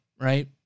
right